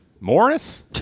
Morris